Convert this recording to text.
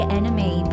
enemy